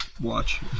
watch